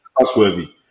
Trustworthy